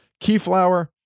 Keyflower